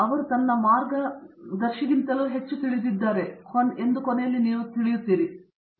ಅವನು ತನ್ನ ಮಾರ್ಗದರ್ಶಿಗಿಂತಲೂ ಹೆಚ್ಚು ತಿಳಿದಿರುತ್ತಾನೆ ಕೊನೆಯಲ್ಲಿ ನೀವು ನಮಗೆ ಸಂತೋಷವಾಗಿದೆ ಎಂದು ಹೇಳುವಿರಿ